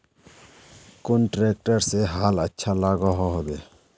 कुन ट्रैक्टर से हाल अच्छा लागोहो होबे?